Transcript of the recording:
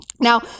Now